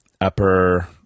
upper